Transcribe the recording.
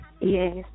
Yes